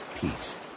peace